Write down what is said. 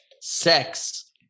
sex